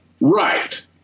right